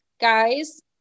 guys